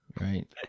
Right